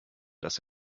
dass